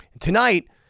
Tonight